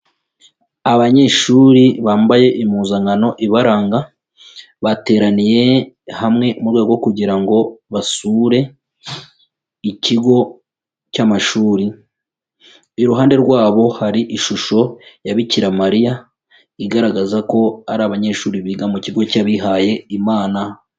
Abanyeshuri bambaye impuzankano ibaranga, bateraniye hamwe mu rwego rwo kugira ngo basure ikigo cy' amashuri. Iruhande rwabo hari ishusho ya Bikira Mariya igaragaza ko ari abanyeshuri biga mu kigo cy'abihaye Imana.